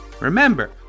remember